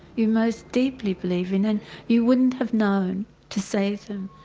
you most deeply believe in. and you wouldn't have known to save them.